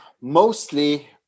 mostly